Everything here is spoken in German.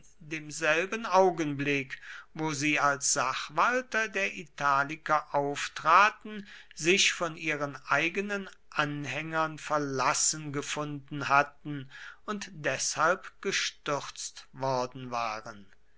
demselben augenblick wo sie als sachwalter der italiker auftraten sich von ihren eigenen anhängern verlassen gefunden hatten und deshalb gestürzt worden waren